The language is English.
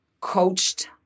coached